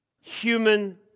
human